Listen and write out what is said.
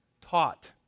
taught